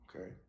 Okay